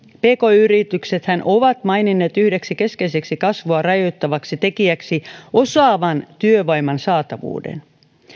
pk yrityksethän ovat maininneet yhdeksi keskeiseksi kasvua rajoittavaksi tekijäksi osaavan työvoiman saatavuuden